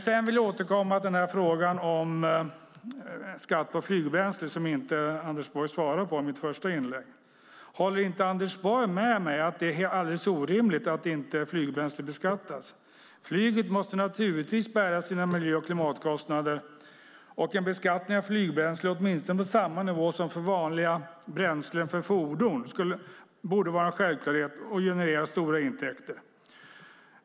Jag vill återkomma till min fråga om skatt på flygbränsle som Anders Borg inte svarade på. Håller inte Anders Borg med mig om att det är alldeles orimligt att flygbränsle inte beskattas? Flyget måste naturligtvis bära sina miljö och klimatkostnader, och en beskattning av flygbränsle åtminstone på samma nivå som för vanliga bränslen för fordon borde vara en självklarhet och generera stora intäkter.